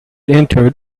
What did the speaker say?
entered